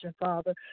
Father